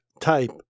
type